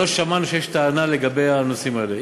לא שמענו שיש טענה לגבי הנושאים האלו.